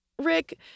Rick